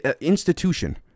institution